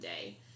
day